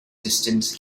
distance